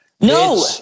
no